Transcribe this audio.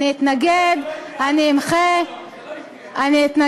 אתנגד, אמחה, איילת, זה לא יקרה.